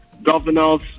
governors